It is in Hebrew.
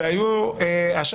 היו 14